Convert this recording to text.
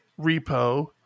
repo